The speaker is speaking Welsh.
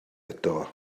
eto